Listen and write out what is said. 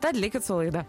tad likit su laida